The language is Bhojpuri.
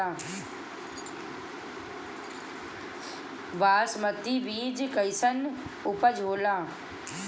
बासमती बीज कईसन उपज होला?